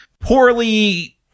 poorly